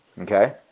Okay